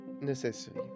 necessary